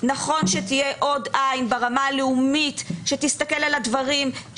נכון שתהיה עוד עין ברמה הלאומית שתסתכל על הדברים,